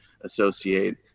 associate